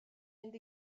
mynd